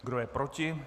Kdo je proti?